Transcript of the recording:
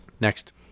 next